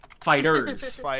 Fighters